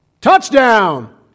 Touchdown